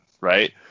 right